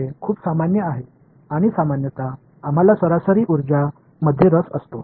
எனவே இப்போது பொதுவாக நாம் சராசரி சக்தியில் ஆர்வமாக உள்ளோம்